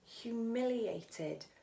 humiliated